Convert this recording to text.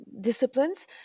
disciplines